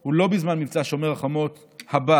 הוא לא בזמן מבצע שומר החומות הבא,